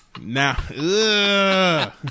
Now